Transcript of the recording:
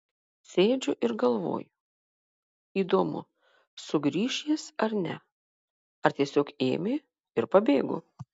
sėdžiu ir galvoju įdomu sugrįš jis ar ne ar tiesiog ėmė ir pabėgo